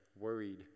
worried